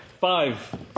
Five